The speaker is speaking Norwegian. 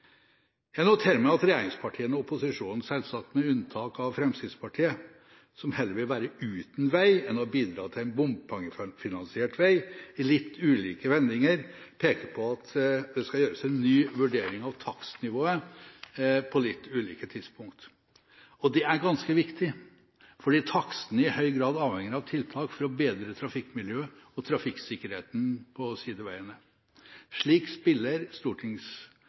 Jeg noterer meg at regjeringspartiene og opposisjonen, selvsagt med unntak av Fremskrittspartiet, som heller vil være uten vei enn å bidra til en bompengefinansiert vei, i litt ulike vendinger peker på at det skal gjøres en ny vurdering av takstnivået på litt ulike tidspunkt. Det er ganske viktig, fordi takstene i høy grad avhenger av tiltak for å bedre trafikkmiljøet og trafikksikkerheten på sideveiene. Slik spiller